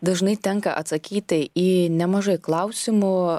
dažnai tenka atsakyti į nemažai klausimų